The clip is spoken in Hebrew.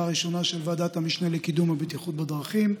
הראשונה של ועדת המשנה לקידום הבטיחות בדרכים.